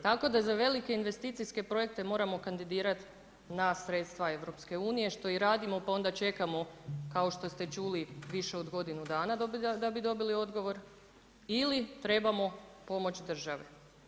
Tako da za velike investicijske projekte, moramo kandidirati na sredstva EU, što i radimo, pa onda čekamo, kao što ste čuli više od godinu dana, da bi dobili odgovor ili trebamo pomoć države.